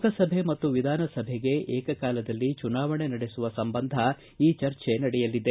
ಲೋಕಸಭೆ ಮತ್ತು ವಿಧಾನಸಭೆಗೆ ಏಕಕಾಲದಲ್ಲಿ ಚುನಾವಣೆ ನಡೆಸುವ ಸಂಬಂಧ ಈ ಚರ್ಚೆ ನಡೆಯಲಿದೆ